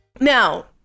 Now